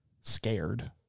scared